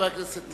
חבר הכנסת טיבי.